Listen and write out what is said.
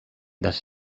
this